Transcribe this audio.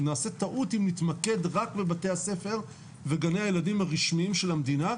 נעשה טעות אם נתמקד רק בבתי הספר ובגני הילדים הרשמיים של המדינה,